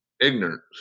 ignorance